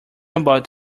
about